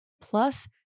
plus